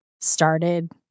started